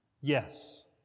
Yes